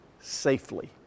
safely